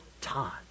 time